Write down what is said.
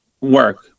work